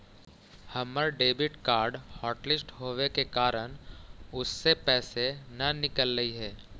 हमर debit card hotlist होवे के कारण उससे पैसे न निकलई हे